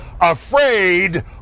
Afraid